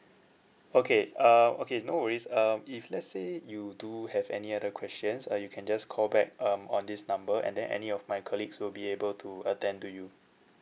okay uh okay no worries um if let's say you do have any other questions uh you can just call back um on this number and then any of my colleagues will be able to attend to you